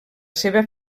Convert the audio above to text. seva